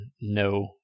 no